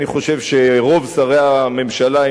חושב שרוב שרי הממשלה,